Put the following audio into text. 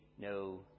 no